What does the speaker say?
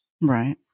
right